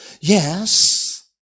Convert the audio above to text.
yes